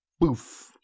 boof